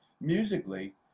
Musically